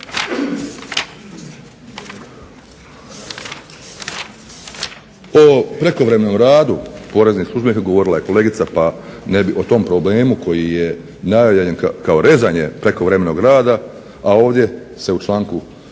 O prekovremenom radu poreznih službenika govorila je kolegica pa ne bih o tom problemu koji je najavljen kao rezanje prekovremenog rada, a ovdje se u članku